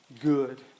good